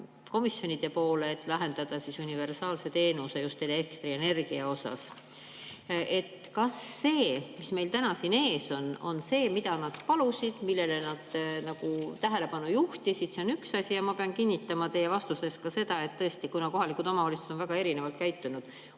komisjonide poole palvega, et lahendada universaalse teenuse [probleem] just elektrienergia osas. Kas see, mis meil täna siin ees on, on see, mida nad palusid ja millele nad tähelepanu juhtisid? See on üks asi.[Teiseks,] ma pean kinnitama teie vastuse puhul seda, et tõesti, kohalikud omavalitsused on väga erinevalt käitunud.